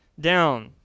down